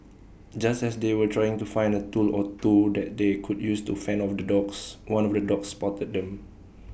just as they were trying to find A tool or two that they could use to fend off the dogs one of the dogs spotted them